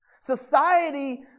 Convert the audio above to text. Society